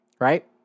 Right